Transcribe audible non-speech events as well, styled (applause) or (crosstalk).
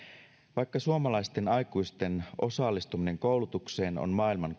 vaikka suomalaisten aikuisten osallistuminen koulutukseen on maailman (unintelligible)